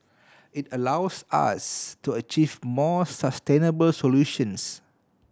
it allows us to achieve more sustainable solutions